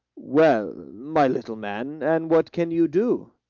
well, my little man, and what can you do?